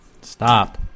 Stop